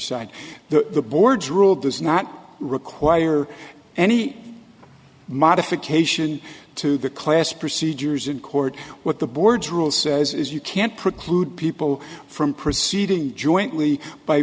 side the the board's rule does not require any modification to the class procedures in court what the board's rule says is you can't preclude people from proceeding jointly by